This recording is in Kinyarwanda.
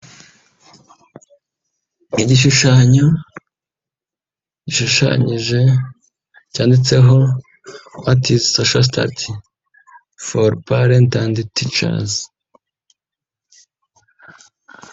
Igishushanyo gishushanyije cyanditseho watizi sosho sitadi foru parenti andi ticazi.